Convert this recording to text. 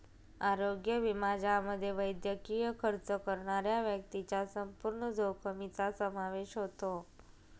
आरोग्य विमा ज्यामध्ये वैद्यकीय खर्च करणाऱ्या व्यक्तीच्या संपूर्ण जोखमीचा समावेश होतो